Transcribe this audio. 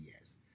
yes